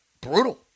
brutal